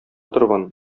торган